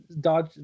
dodge